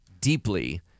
deeply